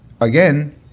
again